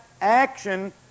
action